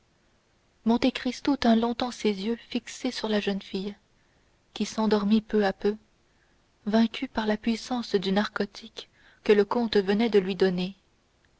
peur monte cristo tint longtemps ses yeux fixés sur la jeune fille qui s'endormit peu à peu vaincue par la puissance du narcotique que le comte venait de lui donner